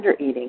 undereating